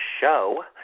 show